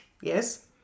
Yes